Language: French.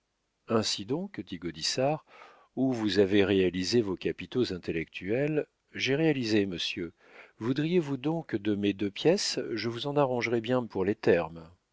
ainsi donc dit gaudissart ou vous avez réalisé vos capitaux intellectuels j'ai réalisé monsieur voudriez-vous donc de mes deux pièces je vous en arrangerais bien pour les termes